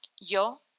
Yo